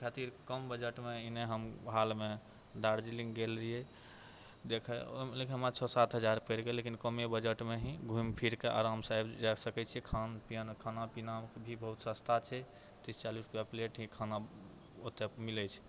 एहि खातिर कम बजटमे एने हम हालमे दार्जलिङ्ग गेल रहियै देखै लेकिन ओहिमे हमर छह सात हजार पड़ि गेल लेकिन कमे बजटमे ही घुमि फिरके आरामसँ आबि जा सकै छियै खान पिन खाना पीना भी बहुत सस्ता छै तीस चालीस रुपिआ प्लेट ही खाना ओतय मिलै छै